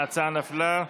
ההצעה נפלה.